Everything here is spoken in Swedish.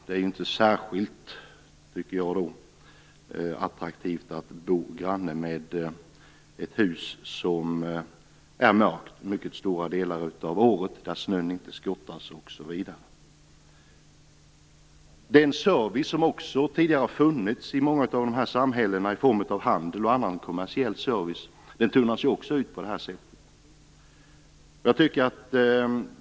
Det är inte särskilt attraktivt att bo granne med ett hus som är mörkt stora delar av året, där snön inte skottas, osv. Den service som tidigare har funnits i många av dessa samhällen i form av handel och annan kommersiell service tunnas också ut.